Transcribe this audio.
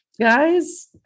Guys